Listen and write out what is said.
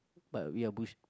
but we are